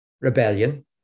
rebellion